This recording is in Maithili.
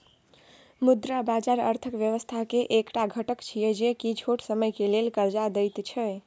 मुद्रा बाजार अर्थक व्यवस्था के एक टा घटक छिये जे की छोट समय के लेल कर्जा देत छै